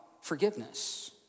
forgiveness